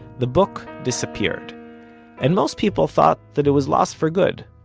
the book disappeared and most people thought that it was lost for good.